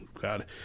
God